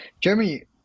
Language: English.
Jeremy